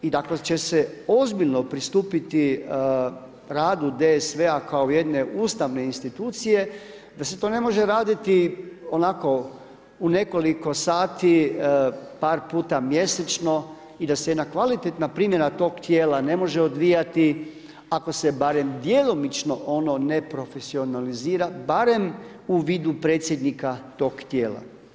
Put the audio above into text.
I da ako će se ozbiljno pristupiti radu DSV-a kao jedne ustavne institucije da se to ne može raditi onako u nekoliko sati par puta mjesečno i da se jedna kvalitetna primjena tog tijela ne može odvijati ako se barem djelomično ono ne profesionalizira barem u vidu predsjednika toga tijela.